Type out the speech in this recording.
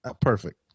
Perfect